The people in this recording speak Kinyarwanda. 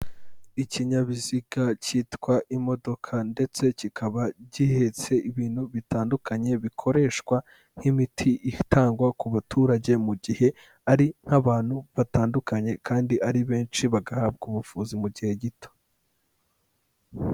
Ikinyabiziga cyitwa imodoka ndetse kikaba gihehetse ibintu bitandukanye, bikoreshwa nk'imiti itangwa ku baturage mu gihe ari nk'abantu batandukanye kandi ari benshi, bagahabwa ubuvuzi mu gihe gito.